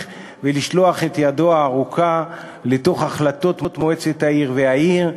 ולשלוח את ידו הארוכה לתוך החלטות מועצת העיר והעיר.